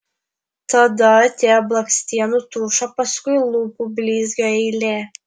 tada atėjo blakstienų tušo paskui lūpų blizgio eilė